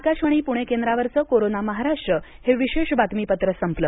आकाशवाणी पुणे केंद्रावरचं कोरोना महाराष्ट्र हे विशेष बातमीपत्र संपलं